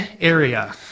area